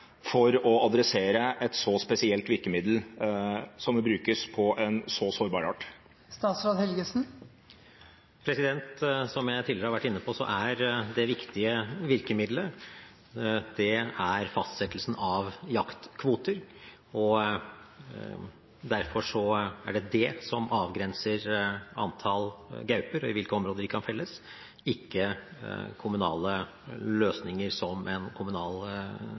for å ta tak i et så spesielt virkemiddel som brukes på en så sårbar art? Som jeg tidligere har vært inne på, er det viktige virkemiddelet fastsettelsen av jaktkvoter. Derfor er det det som avgrenser antall gauper og i hvilke områder de kan felles, ikke kommunale løsninger som en kommunal